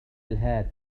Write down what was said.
الهاتف